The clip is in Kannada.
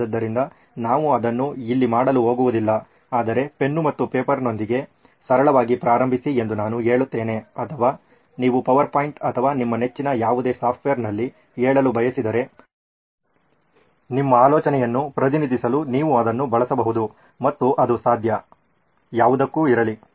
ಆದ್ದರಿಂದ ನಾವು ಅದನ್ನು ಇಲ್ಲಿ ಮಾಡಲು ಹೋಗುವುದಿಲ್ಲ ಆದರೆ ಪೆನ್ ಮತ್ತು ಪೇಪರ್ನೊಂದಿಗೆ ಸರಳವಾಗಿ ಪ್ರಾರಂಭಿಸಿ ಎಂದು ನಾನು ಹೇಳುತ್ತೇನೆ ಅಥವಾ ನೀವು ಪವರ್ಪಾಯಿಂಟ್ ಅಥವಾ ನಿಮ್ಮ ನೆಚ್ಚಿನ ಯಾವುದೇ ಸಾಫ್ಟ್ವೇರ್ನಲ್ಲಿ ಹೇಳಲು ಬಳಸಿದರೆ ನಿಮ್ಮ ಆಲೋಚನೆಯನ್ನು ಪ್ರತಿನಿಧಿಸಲು ನೀವು ಅದನ್ನು ಬಳಸಬಹುದು ಮತ್ತು ಅದು ಸಾಧ್ಯ ಯಾವುದಕ್ಕೂ ಇರಲಿ